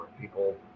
people